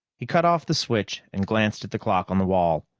he cut off the switch and glanced at the clock on the wall.